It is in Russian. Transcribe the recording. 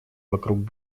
вокруг